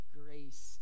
grace